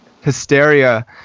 hysteria